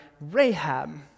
Rahab